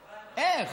איך?